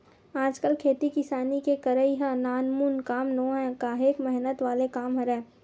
आजकल खेती किसानी के करई ह नानमुन काम नोहय काहेक मेहनत वाले काम हरय